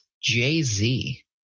Jay-Z